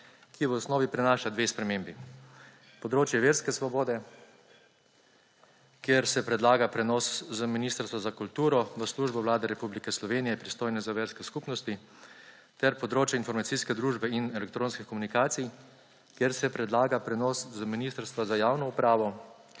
ki v osnovi prinaša dve spremembi področje verske svobode, kjer se predlaga prenos iz Ministrstva za kulturo v Službo Vlade Republike Slovenije pristojno za verske skupnosti ter področje informacijske družbe in elektronskih komunikacij, kjer se predlaga prenos iz Ministrstva za javno upravo